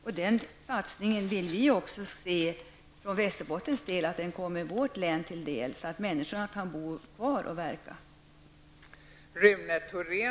Från Västerbottens synpunkt vill vi se att det kommer vårt län till del så att människor kan bo kvar och verka där.